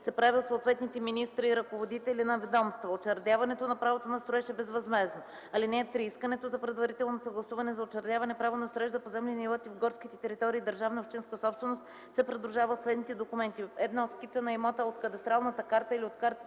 се прави от съответните министри и ръководители на ведомства. Учредяването на правото на строеж е безвъзмездно. (3) Искането за предварително съгласуване за учредяване право на строеж за поземлени имоти в горските територии – държавна и общинска собственост, се придружава от следните документи: 1. скица на имота от кадастралната карта или от картата